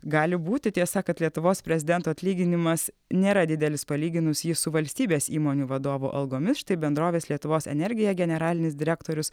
gali būti tiesa kad lietuvos prezidento atlyginimas nėra didelis palyginus jį su valstybės įmonių vadovų algomis štai bendrovės lietuvos energija generalinis direktorius